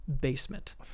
BASEMENT